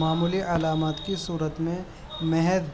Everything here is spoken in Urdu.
معمولی علامات کی صورت میں محض